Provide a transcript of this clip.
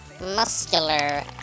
muscular